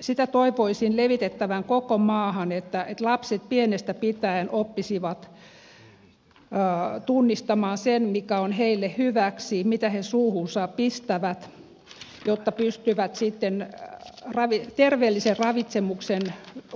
sitä toivoisin levitettävän koko maahan että lapset pienestä pitäen oppisivat tunnistamaan sen mikä on heille hyväksi mitä he suuhunsa pistävät jotta pystyvät sitten terveellisen ravitsemuksen